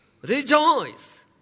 Rejoice